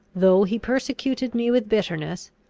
though he persecuted me with bitterness,